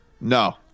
No